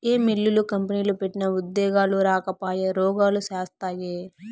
ఏ మిల్లులు, కంపెనీలు పెట్టినా ఉద్యోగాలు రాకపాయె, రోగాలు శాస్తాయే